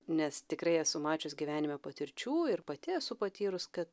nes tikrai esu mačius gyvenime patirčių ir pati esu patyrus kad